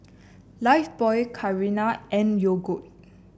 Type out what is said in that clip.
Lifebuoy Carrera and Yogood